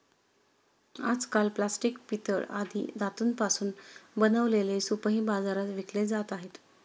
आजकाल प्लास्टिक, पितळ आदी धातूंपासून बनवलेले सूपही बाजारात विकले जात आहेत